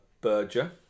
Berger